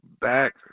back